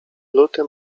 luty